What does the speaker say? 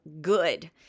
good